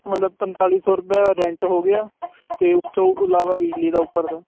ਮਤਲਬ ਪੰਤਾਲੀ ਸੌ ਰੁਪਇਆ ਰੈਂਟ ਹੋ ਗਿਆ ਅਤੇ ਉਸ ਤੋਂ ਇਲਾਵਾ ਬਿਜਲੀ ਦਾ ਉੱਪਰ ਦਾ